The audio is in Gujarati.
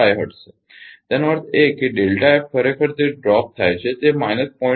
5 હર્ટ્ઝ છે તેનો અર્થ એ કે ડેલ્ટા એફ ખરેખર તે ડ્રોપ થાય છે તે માઈનસ 0